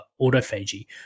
autophagy